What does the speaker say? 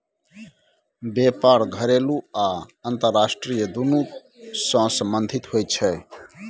बेपार घरेलू आ अंतरराष्ट्रीय दुनु सँ संबंधित होइ छै